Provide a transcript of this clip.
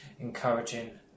encouraging